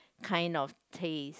kind of taste